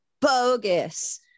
bogus